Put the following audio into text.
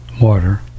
water